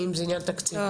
האם זה עניין תקציבי?